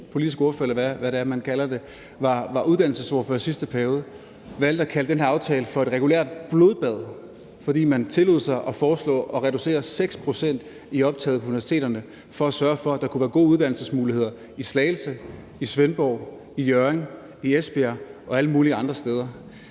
kalder det, var uddannelsesordfører i sidste periode og valgte at kalde den her aftale for et regulært blodbad, fordi man tillod sig at foreslå at reducere 6 pct. i optaget på universiteterne for at sørge for, at der kunne være gode uddannelsesmuligheder i Slagelse, i Svendborg, i Hjørring, i Esbjerg og alle mulige andre steder.